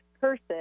person